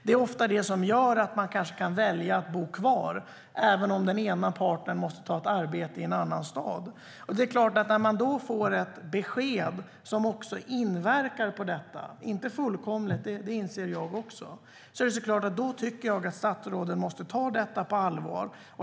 Det är ofta det som gör att man kanske kan välja att bo kvar även om den ena parten måste ta ett arbete i en annan stad. När man då får ett besked som också inverkar på detta - inte fullkomligt, det inser jag också - tycker jag att statsrådet måste ta detta på allvar.